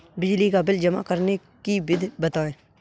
बिजली का बिल जमा करने की विधि बताइए?